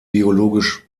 biologisch